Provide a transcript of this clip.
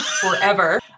forever